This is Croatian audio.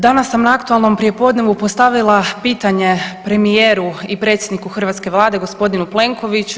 Danas sam na „aktualnom prijepodnevu“ postavila pitanje premijeru i predsjedniku hrvatske Vlade gospodinu Plenkoviću.